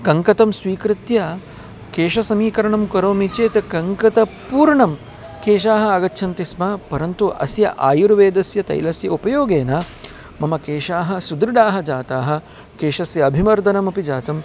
कङ्कतं स्वीकृत्य केशसमीकरणं करोमि चेत् कङ्कतपूर्णं केशाः आगच्छन्ति स्म परन्तु अस्य आयुर्वेदस्य तैलस्य उपयोगेन मम केशाः सुदृढाः जाताः केशस्य अभिवर्धनमपि जातम्